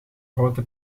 grote